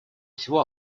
всего